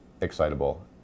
excitable